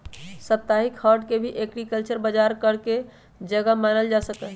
साप्ताहिक हाट के भी एग्रीकल्चरल बजार करे के जगह मानल जा सका हई